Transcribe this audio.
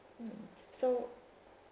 mm so